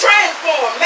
Transform